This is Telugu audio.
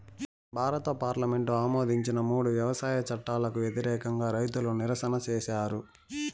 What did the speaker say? భారత పార్లమెంటు ఆమోదించిన మూడు వ్యవసాయ చట్టాలకు వ్యతిరేకంగా రైతులు నిరసన చేసారు